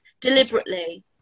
deliberately